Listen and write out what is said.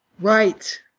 Right